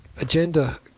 Agenda